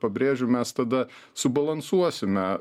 pabrėžiu mes tada subalansuosime